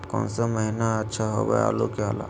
कौन सा महीना अच्छा होइ आलू के ला?